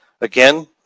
again